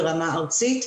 ברמה ארצית,